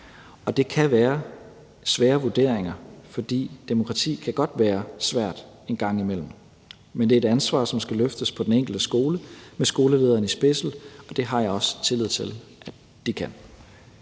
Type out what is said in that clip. af. Det kan være svære vurderinger, for demokrati kan godt være svært en gang imellem, men det er et ansvar, som skal løftes på den enkelte skole med skolelederen i spidsen, og det har jeg også tillid til at de kan.